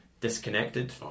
disconnected